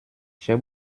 j’ai